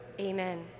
Amen